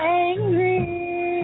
angry